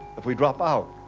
if we drop out,